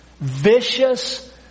vicious